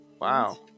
Wow